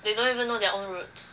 they don't even know their own root